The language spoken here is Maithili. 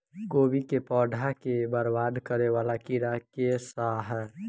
कोबी केँ पौधा केँ बरबाद करे वला कीड़ा केँ सा है?